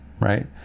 right